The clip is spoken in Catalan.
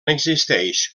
existeix